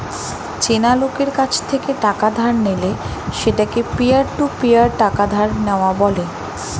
চেনা লোকের কাছ থেকে টাকা ধার নিলে সেটাকে পিয়ার টু পিয়ার টাকা ধার নেওয়া বলে